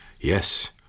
Yes